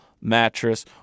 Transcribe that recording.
mattress